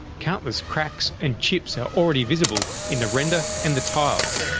countless cracks and chips are already visible in the render and the tiles.